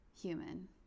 human